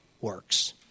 works